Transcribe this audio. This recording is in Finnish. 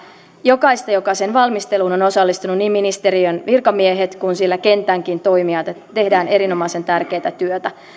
jokaista joka sen valmisteluun on on osallistunut niin ministeriön virkamiehiä kuin siellä kentänkin toimijoita tehdään erinomaisen tärkeätä työtä